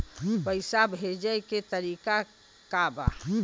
पैसा भेजे के तरीका का बा?